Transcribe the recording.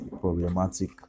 problematic